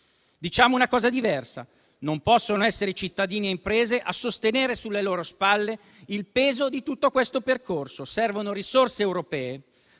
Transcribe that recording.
Diciamo una cosa diversa: non possono essere cittadini e imprese a sostenere sulle loro spalle il peso di tutto questo percorso. Servono risorse europee,